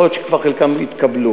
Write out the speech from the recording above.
יכול להיות שחלקן כבר התקבלו.